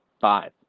five